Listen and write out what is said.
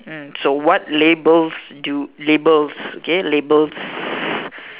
hmm so what labels do labels k labels